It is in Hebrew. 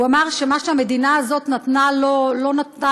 הוא אמר שמה שהמדינה הזאת נתנה לו לא נתן